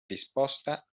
risposta